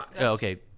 okay